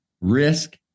risk